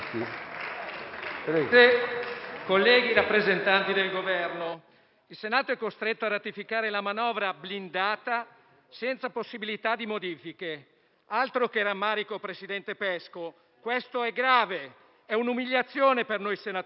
Presidente, colleghi, rappresentanti del Governo, il Senato è costretto a ratificare la manovra blindata senza possibilità di modifiche. Altro che rammarico, presidente Pesco: questo è grave, è un'umiliazione per noi senatori.